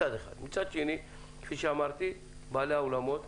מצד שני, בעלי האולמות